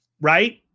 right